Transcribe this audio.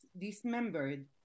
dismembered